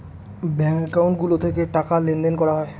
ব্যাঙ্কে একাউন্ট গুলো থেকে টাকা লেনদেন করা হয়